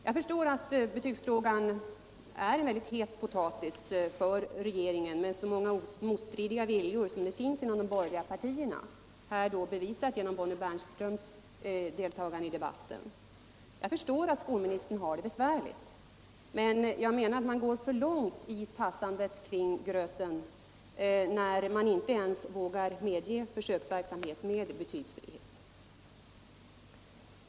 Jag förstår att betygsfrågan är en het potatis för regeringen, med så många motstridiga viljor som det finns inom de borgerliga partierna — här bevisat genom Bonnie Bernströms deltagande i debatten. Jag förstår att skolministern har det besvärligt, men jag menar att man gått för långt i tassandet kring den heta gröten när man inte ens vågar medge försöksverksamhet med betygsfrihet.